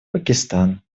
пакистан